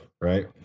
right